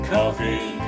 Coffee